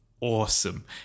awesome